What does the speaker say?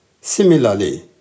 Similarly